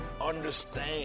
understand